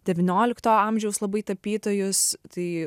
devyniolikto amžiaus labai tapytojus tai